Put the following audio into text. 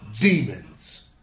demons